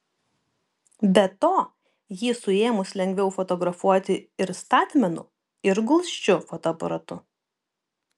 be to jį suėmus lengviau fotografuoti ir statmenu ir gulsčiu fotoaparatu